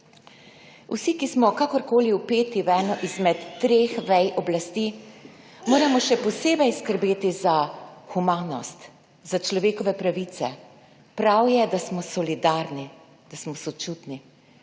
Vsi, ki smo kakorkoli vpeti v eno izmed treh vej oblasti, moramo še posebej skrbeti za humanost, za človekove pravice. Prav je, da smo solidarni, da smo sočutni.